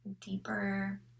deeper